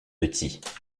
petit